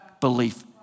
belief